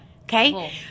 Okay